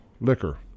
liquor